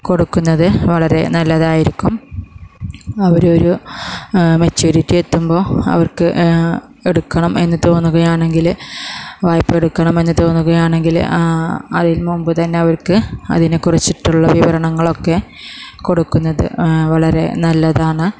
കൊടുക്കുന്നത് വളരെ നല്ലതായിരിക്കും അവരൊരു മെച്യൂരിറ്റി എത്തുമ്പോൾ അവർക്ക് എടുക്കണം എന്നു തോന്നുകയാണെങ്കിൽ വായ്പ്പയെടുക്കണം എന്നു തോന്നുകയാണെങ്കിൽ അതിനു മുൻപു തന്നെ അവർക്ക് അതിനെക്കുറിച്ചിട്ടുള്ള വിവരങ്ങളൊക്കെ കൊടുക്കുന്നത് വളരെ നല്ലതാണ്